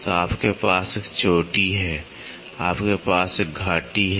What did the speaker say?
तो आपके पास एक चोटी है आपके पास एक घाटी है